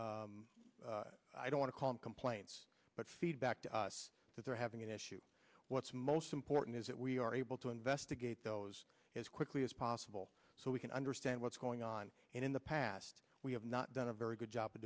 generated i don't want to call him complaints but feedback to us that they're having an issue what's most important is that we are able to investigate those as quickly as possible so we can understand what's going on and in the past we have not done a very good job of